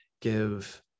give